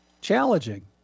challenging